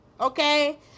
okay